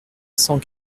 cent